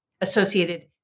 associated